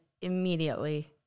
Immediately